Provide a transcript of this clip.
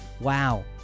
wow